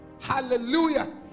Hallelujah